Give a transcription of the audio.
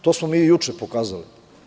To smo mi i juče pokazali.